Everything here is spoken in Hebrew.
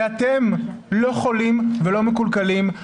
ואתם לא חולים ולא מקולקלים.